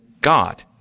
God